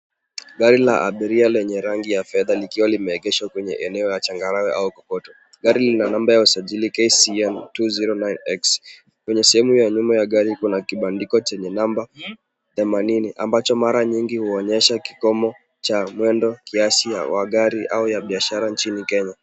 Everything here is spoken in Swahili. Gari la abiria lenye rangi ya fedha likiwa limeegeshwa kwenye eneo ya changarawe au kokoto. Gari lina namba ya usajili KCN 209X. Kwenye sehemu ya nyuma ya gari kuna kibandiko chenye namba themanini, ambacho mara nyingi huonyesha kikomo cha mwendo kiasi wa gari au ya biashara nchini Kenya.